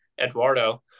Eduardo